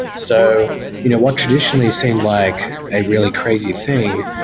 so you know what traditionally seemed like a really crazy thing,